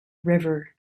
river